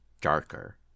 darker